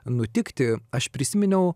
nutikti aš prisiminiau